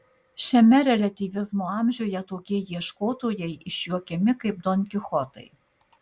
šiame reliatyvizmo amžiuje tokie ieškotojai išjuokiami kaip don kichotai